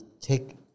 take